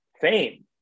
fame